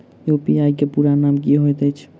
UPI केँ पूरा नाम की होइत अछि?